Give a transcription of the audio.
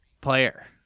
player